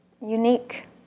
unique